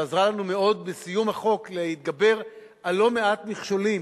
שעזרה לנו מאוד בסיום החוק להתגבר על לא מעט מכשולים,